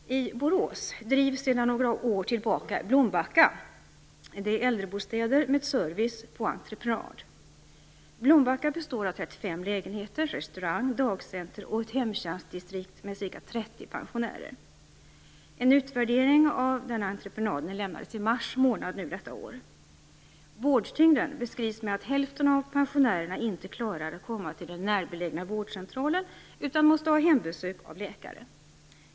I Borås drivs sedan några år tillbaka Blombacka. Blombacka består av 35 lägenheter, restaurang, dagcenter och ett hemtjänstdistrikt med ca 30 pensionärer. En utvärdering av entreprenaden lämnades i mars månad detta år. Vårdtyngden beskrivs med att hälften av pensionärerna inte klarar att komma till den närbelägna vårdcentralen utan måste ha hembesök av läkare.